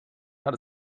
not